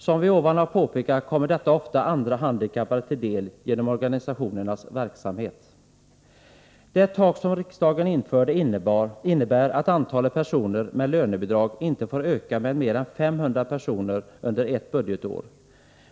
Som vi tidigare har påpekat kommer detta ofta andra handikappade till del genom organisationernas verksamhet. Det tak som riksdagen införde innebär att antalet personer med lönebidrag inte får öka med mer än 500 personer under ett budgetår.